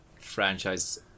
franchise